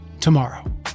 tomorrow